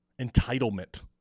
entitlement